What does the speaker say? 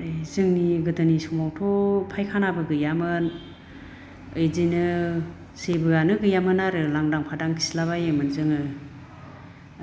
जोंनि गोदोनि समावथ' फायखानाबो गैयामोन बिदिनो जेबोआनो गैयामोन आरो लांदां फादां खिला बायोमोन जोङो